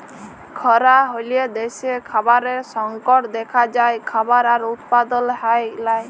খরা হ্যলে দ্যাশে খাবারের সংকট দ্যাখা যায়, খাবার আর উৎপাদল হ্যয় লায়